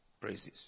praises